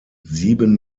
sieben